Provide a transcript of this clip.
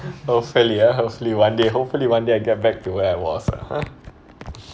hopefully ah hopefully one day hopefully one day I get back to where I was like ah !huh!